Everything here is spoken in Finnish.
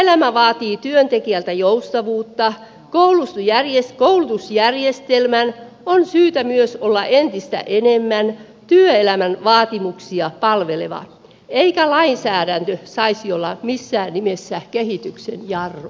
työelämä vaatii työntekijältä joustavuutta koulutusjärjestelmän on syytä myös olla entistä enemmän työelämän vaatimuksia palveleva eikä lainsäädäntö saisi olla missään nimessä kehityksen jarru